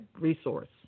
resource